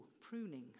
pruning